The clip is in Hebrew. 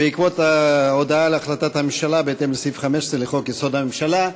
ובעקבות ההודעה על החלטת הממשלה בהתאם לסעיף 15 לחוק-יסוד: הממשלה,